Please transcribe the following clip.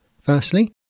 Firstly